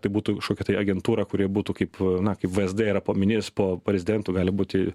tai būtų šoke tai agentūra kuri būtų kaip na kaip v s d yra paminėjus po prezidentu gali būti